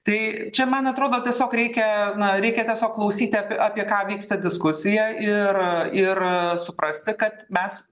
tai čia man atrodo tiesiog reikia na reikia tiesiog klausyti apie apie ką vyksta diskusija ir ir suprasti kad mes